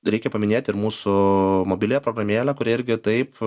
reikia paminėti ir mūsų mobiliąją programėlę kuri irgi taip